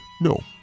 No